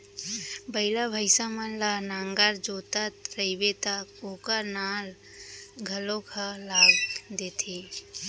बइला, भईंसा मन ल नांगर जोतत रइबे त ओकर नाल घलौ ल लाग देथे